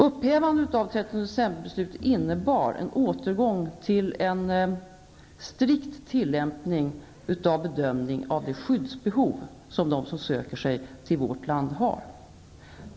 Upphävandet av 13-december-beslutet innebar en återgång till en strikt tillämpning av bedömningen av det skyddsbehov som de som söker sig till vårt land har.